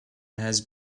has